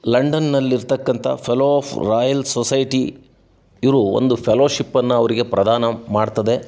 ಲಂಡನ್ಲ್ಲಿ ಇರತಕ್ಕಂಥ fellow of royal society ಇವರು ಒಂದು ಫೆಲ್ಲೋಶಿಪ್ಪನ್ನು ಅವರಿಗೆ ಪ್ರಧಾನ ಮಾಡ್ತದೆ